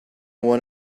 one